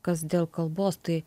kas dėl kalbos tai